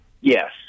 Yes